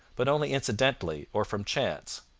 but only incidentally or from chance.